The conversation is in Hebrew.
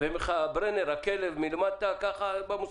גדי